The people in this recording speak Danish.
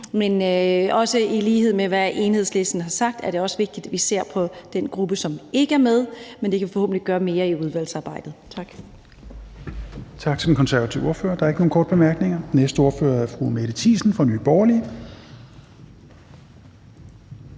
Men i lighed med, hvad Enhedslisten har sagt, er det også vigtigt, vi ser på den gruppe, som ikke er med. Men det kan vi forhåbentlig se mere på i udvalgsarbejdet. Tak.